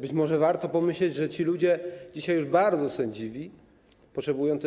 Być może warto pomyśleć, że ci ludzie, dzisiaj już bardzo sędziwi, potrzebują